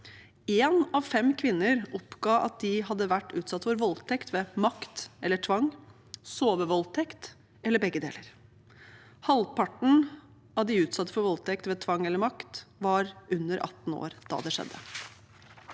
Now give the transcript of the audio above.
Én av fem kvinner oppga at de hadde vært utsatt for voldtekt ved makt eller tvang, sovevoldtekt eller begge deler. Halvparten av de utsatte for voldtekt ved tvang eller makt var under 18 år da det skjedde.